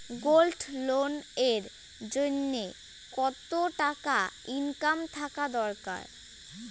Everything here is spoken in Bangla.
গোল্ড লোন এর জইন্যে কতো টাকা ইনকাম থাকা দরকার?